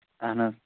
اَہن حظ